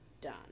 done